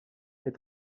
est